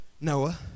Noah